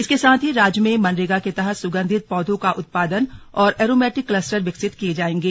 इसके साथ ही राज्य में मनरेगा के तहत सुगन्धित पौधों का उत्पादन और ऐरोमैटिक क्लस्टर विकसित किए जाएंगे